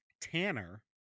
tanner